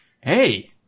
Hey